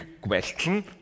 question